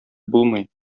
булмый